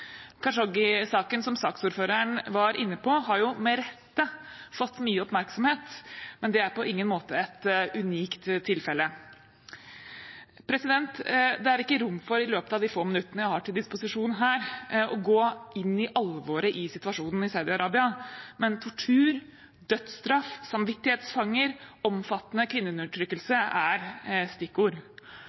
Khashoggi-saken, som saksordføreren var inne på, har med rette fått mye oppmerksomhet, men det er på ingen måte et unikt tilfelle. Det er ikke rom for i løpet av de få minuttene jeg har til disposisjon her, å gå inn i alvoret i situasjonen i Saudi-Arabia, men tortur, dødsstraff, samvittighetsfanger, omfattende kvinneundertrykkelse er stikkord.